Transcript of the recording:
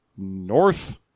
North